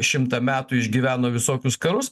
šimtą metų išgyveno visokius karus